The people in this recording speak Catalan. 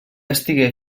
estigué